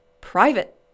private